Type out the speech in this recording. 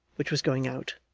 which was going out,